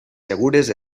segures